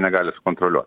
negali sukontroliuot